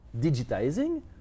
digitizing